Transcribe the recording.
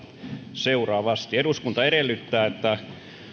seuraavasti eduskunta edellyttää että